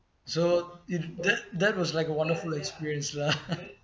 so that that was like a wonderful experience lah